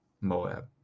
Moab